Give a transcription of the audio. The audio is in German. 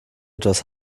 etwas